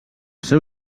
seu